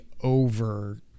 over